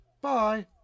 Bye